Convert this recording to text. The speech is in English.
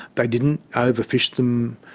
they didn't over-fish them,